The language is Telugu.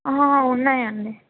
హ ఉన్నాయండి